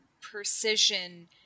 precision